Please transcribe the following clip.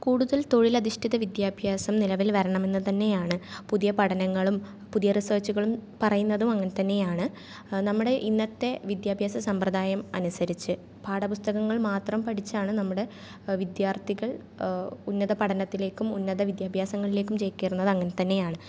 കൂടുതൽ തൊഴിലധിഷ്ഠിത വിദ്യാഭ്യാസം നിലവിൽ വരണമെന്ന് തന്നെയാണ് പുതിയ പഠനങ്ങളും പുതിയ റിസേർച്ചുകളും പറയുന്നതും അങ്ങനെതന്നെയാണ് നമ്മുടെ ഇന്നത്തെ വിദ്യാഭ്യാസ സമ്പ്രദായം അനുസരിച്ച് പാഠപുസ്തകങ്ങൾ മാത്രം പഠിച്ചാണ് നമ്മുടെ വിദ്യാർത്ഥികൾ ഉന്നത പഠനത്തിലേക്കും ഉന്നത വിദ്യാഭ്യാസങ്ങളിലേക്കും ചേക്കേറുന്നത് അങ്ങനെതന്നെയാണ്